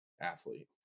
athlete